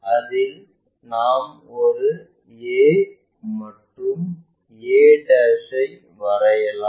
அதில் நாம் ஒரு a மற்றும் a ஐ வரையலாம்